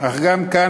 אך גם כאן,